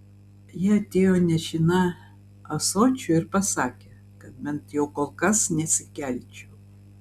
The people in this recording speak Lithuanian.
ji atėjo nešina ąsočiu ir pasakė kad bent jau kol kas nesikelčiau